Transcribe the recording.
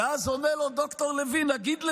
ואז עונה לו ד"ר לוין: נגיד לסיום,